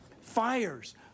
fires